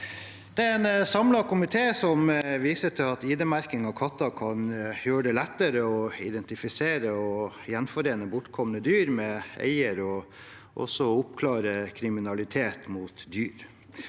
Det er en samlet komité som viser til at ID-merking av katter kan gjøre det lettere å identifisere og gjenforene bortkomne dyr med eier og også å oppklare kriminalitet mot dyr.